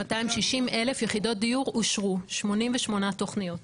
260,000 יחידות דיור אושרו, 88 תוכניות.